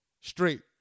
Straight